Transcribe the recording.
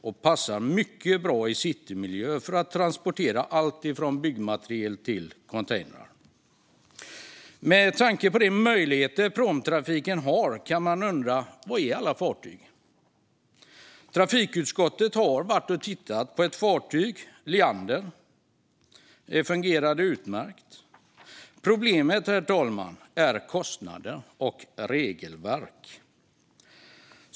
De passar mycket bra i citymiljö för att transportera allt från byggmaterial till containrar. Med tanke på de möjligheter pråmtrafiken har kan man undra var alla fartyg är. Trafikutskottet har varit och tittat på ett fartyg, Leander. Det fungerade utmärkt. Problemet, herr talman, är kostnader och regelverk.